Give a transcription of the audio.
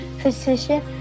physician